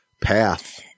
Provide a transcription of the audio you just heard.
path